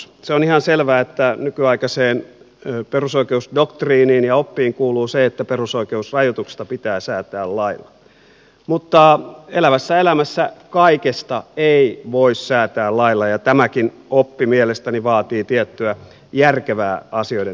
se on ihan selvää että nykyaikaiseen perusoikeusdoktriiniin ja oppiin kuuluu se että perusoikeusrajoituksista pitää säätää lailla mutta elävässä elämässä kaikesta ei voi säätää lailla ja tämäkin oppi mielestäni vaatii tiettyä järkevää asioiden tarkastelua